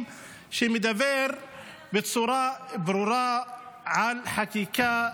שמדברים בצורה ברורה על חקיקה גזענית.